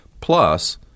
Plus